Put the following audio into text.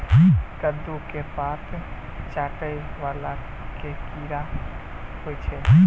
कद्दू केँ पात चाटय वला केँ कीड़ा होइ छै?